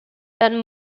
than